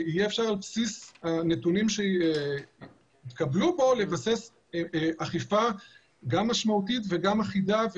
ועל בסיס הנתונים שיתקבלו בו ניתן יהיה לבסס אכיפה גם משמעותית ואחידה,